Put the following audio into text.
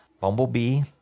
bumblebee